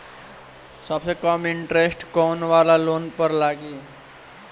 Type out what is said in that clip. सबसे कम इन्टरेस्ट कोउन वाला लोन पर लागी?